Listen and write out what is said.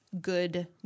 good